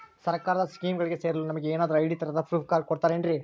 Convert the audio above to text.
ಸರ್ಕಾರದ ಸ್ಕೀಮ್ಗಳಿಗೆ ಸೇರಲು ನಮಗೆ ಏನಾದ್ರು ಐ.ಡಿ ತರಹದ ಪ್ರೂಫ್ ಕಾರ್ಡ್ ಕೊಡುತ್ತಾರೆನ್ರಿ?